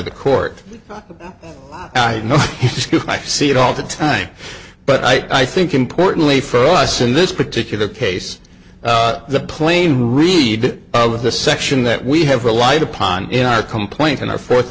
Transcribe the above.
the court i know i see it all the time but i think importantly for us in this particular case the plain read of the section that we have relied upon in our complaint in our fourth